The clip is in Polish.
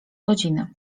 godziny